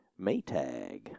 Maytag